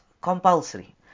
compulsory